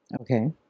Okay